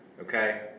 okay